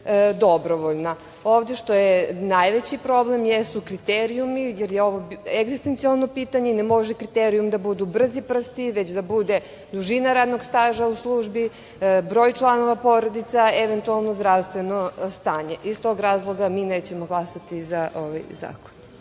dobrovoljna. Ovde što je najveći problem jesu kriterijumi, jer je ovo egzistencijalno pitanje i ne mogu kriteriju da budu brzi prsti, već da bude dužina radnog staža u službi, broj članova porodice, eventualno zdravstveno stanje. Iz tog razloga mi nećemo glasati za ovaj zakon.